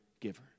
giver